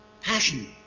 passion